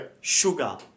sugar